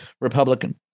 Republican